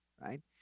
right